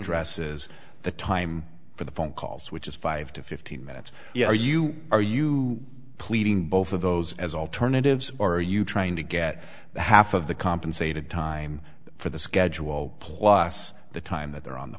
addresses the time for the phone calls which is five to fifteen that's you are you are you pleading both of those as alternatives are you trying to get half of the compensated time for the schedule plus the time that they're on the